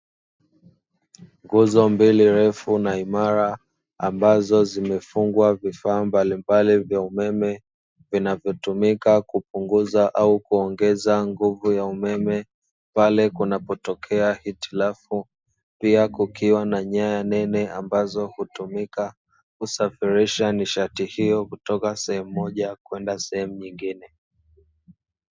Nguzo mbili ndefu na imara ambazo zimefungwa nyaya